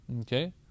Okay